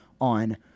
on